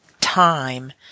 time